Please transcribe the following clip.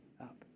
up